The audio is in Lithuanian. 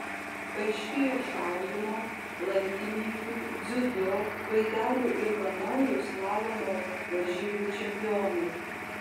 paaiškėjo šaudymo lankininkių dziudo baidarių ir kanojų slalomo varžybų čempionai